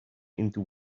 into